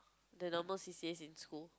the normal C_C_As in school